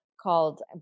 called